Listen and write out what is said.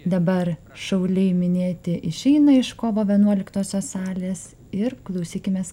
dabar šauliai minėti išeina iš kovo vienuoliktosios salės ir klausykimės